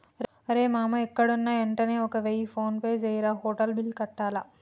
రేయ్ మామా ఎక్కడున్నా యెంటనే ఒక వెయ్య ఫోన్పే జెయ్యిరా, హోటల్ బిల్లు కట్టాల